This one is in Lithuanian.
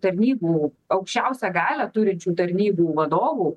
tarnybų aukščiausią galią turinčių tarnybų vadovų